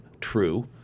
true